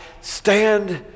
stand